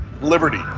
liberty